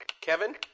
Kevin